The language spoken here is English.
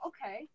Okay